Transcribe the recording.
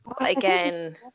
again